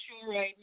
sure